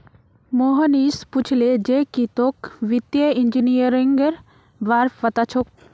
मोहनीश पूछले जे की तोक वित्तीय इंजीनियरिंगेर बार पता छोक